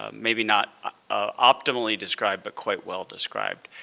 ah maybe not ah optimally described, but quite well described.